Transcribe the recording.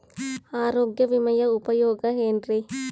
ಆರೋಗ್ಯ ವಿಮೆಯ ಉಪಯೋಗ ಏನ್ರೀ?